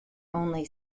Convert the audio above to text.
only